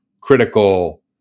critical